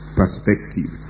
perspective